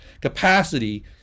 capacity